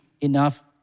enough